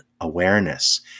awareness